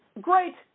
great